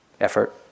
effort